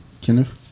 Kenneth